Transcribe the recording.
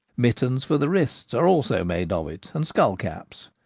mittens for the wrists are also made of it, and skull-caps.